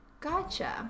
Gotcha